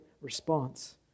response